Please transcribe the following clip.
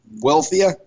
wealthier